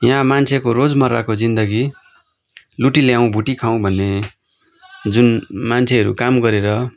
यहाँ मान्छेको रोजमर्राको जिन्दगी लुटी ल्याउँ भुटी खाउँ भन्ने जुन मान्छेहरू काम गरेर